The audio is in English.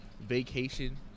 vacation